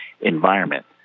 environment